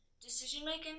decision-making